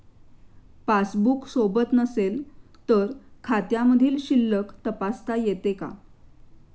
Passbook सोबत नसेल तर खात्यामधील शिल्लक तपासता येते का?